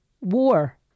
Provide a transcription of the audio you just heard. war